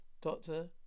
Doctor